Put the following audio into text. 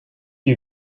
you